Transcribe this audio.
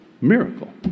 Miracle